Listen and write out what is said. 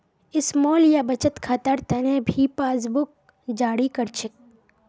small या बचत खातार तने भी पासबुकक जारी कर छे